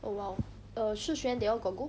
oh !wow! err shi xuan they all got go